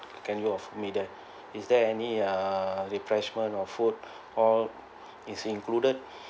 can you offer me that is there any uh refreshment or food or is included